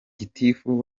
gitifu